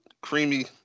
creamy